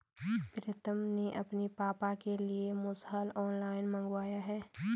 प्रितम ने अपने पापा के लिए मुसल ऑनलाइन मंगवाया है